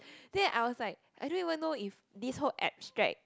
then I was like I don't even know if this whole abstract